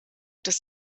des